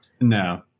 No